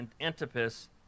Antipas